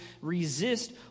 resist